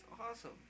awesome